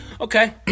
Okay